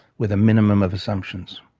with a minimum of assumptions.